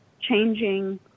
changing